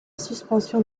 suspension